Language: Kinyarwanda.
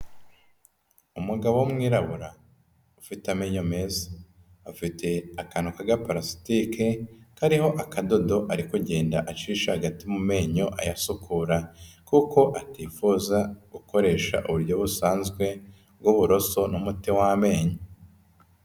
Umugabo w'umwirabura ufite amenyo meza, afite akantu k'agaparasitike kariho akadodo ari kugenda acisha hagati mu menyo ayasukora kuko atifuza gukoresha uburyo busanzwe bw'uburoso n'umuti w'amenyo.